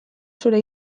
zure